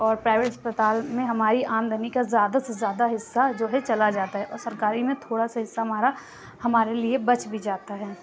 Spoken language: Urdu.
اور پرائیوٹ اسپتال میں ہماری آمدنی کا زیادہ سے زیادہ حصہ جو ہے چلا جاتا ہے اور سرکاری میں تھوڑا سا حصہ ہمارا ہمارے لیے بچ بھی جاتا ہے